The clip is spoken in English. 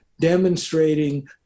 demonstrating